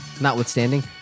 notwithstanding